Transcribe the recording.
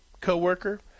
co-worker